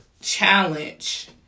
challenge